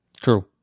True